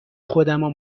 خودمو